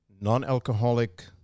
non-alcoholic